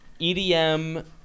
EDM